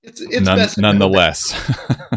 Nonetheless